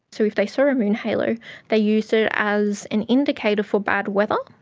so if they saw a moon halo they used it as an indicator for bad weather.